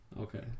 Okay